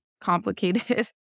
complicated